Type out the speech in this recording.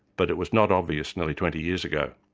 but it was not obvious nearly twenty years ago.